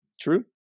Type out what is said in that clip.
true